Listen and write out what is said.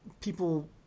people